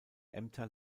ämter